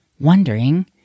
wondering